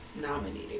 nominated